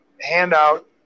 handout